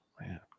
man